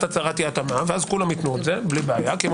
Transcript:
הצהרת אי התאמה ואז כולם ייתנו את זה בלי בעיה כי הם